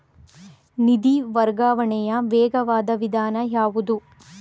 ನಿಧಿ ವರ್ಗಾವಣೆಯ ವೇಗವಾದ ವಿಧಾನ ಯಾವುದು?